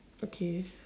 okay